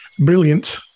Brilliant